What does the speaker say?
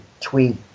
tweet